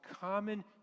common